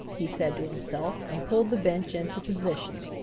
he said to himself and pulled the bench into position.